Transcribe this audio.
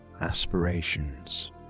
aspirations